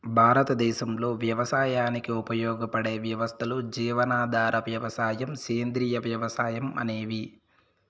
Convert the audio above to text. భారతదేశంలో వ్యవసాయానికి ఉపయోగపడే వ్యవస్థలు జీవనాధార వ్యవసాయం, సేంద్రీయ వ్యవసాయం అనేవి